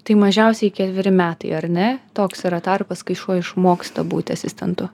tai mažiausiai ketveri metai ar ne toks yra tarpas kai šuo išmoksta būti asistentu